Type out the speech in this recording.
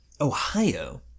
Ohio